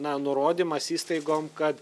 na nurodymas įstaigom kad